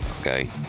okay